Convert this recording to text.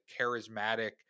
charismatic